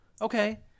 Okay